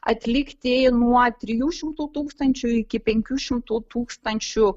atlikti nuo trijų šimtų tūkstančių iki penkių šimtų tūkstančių